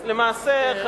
אז למעשה,